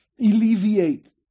alleviate